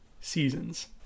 seasons